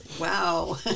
Wow